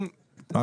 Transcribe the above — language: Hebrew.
כן.